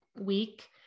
week